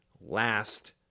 last